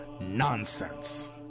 Nonsense